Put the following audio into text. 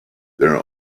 there